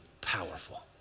powerful